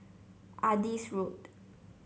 Adis Road